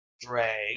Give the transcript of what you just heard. drag